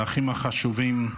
לאחים החשובים,